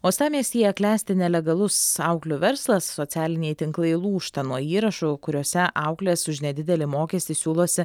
uostamiestyje klesti nelegalus auklių verslas socialiniai tinklai lūžta nuo įrašų kuriuose auklės už nedidelį mokestį siūlosi